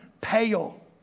pale